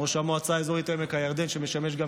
ראש המועצה האזורית עמק הירדן שמשמש גם